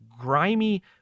grimy